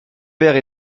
père